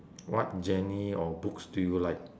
what genre or books do you like